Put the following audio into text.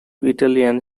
italian